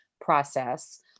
process